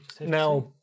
Now